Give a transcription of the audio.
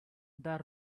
the